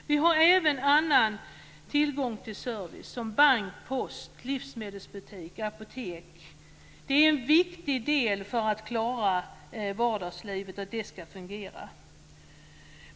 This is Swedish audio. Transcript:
Också tillgång till annan service som bank, post, livsmedelsbutik och apotek är en viktig del för att man ska klara vardagslivet och för att det ska fungera.